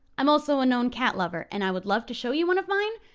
i'm also a known cat lover. and i would love to show you one of mine,